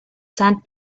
sand